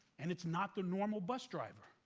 and it's not the normal bus driver.